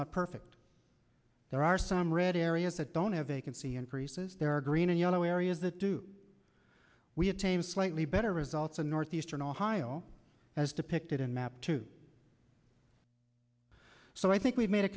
not perfect there are some red areas that don't have a can see increases there are green and yellow areas that do we have tame slightly better results in northeastern ohio as depicted in map two so i think we've made a